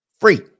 Free